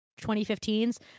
2015s